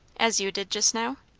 as you did just now?